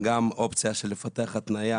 גם אופציה של לפתח התניה